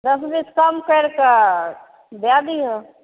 दश बीस कम कैरि कऽ दै दिहो